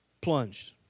plunged